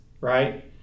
right